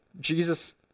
Jesus